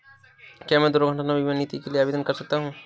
क्या मैं दुर्घटना बीमा नीति के लिए आवेदन कर सकता हूँ?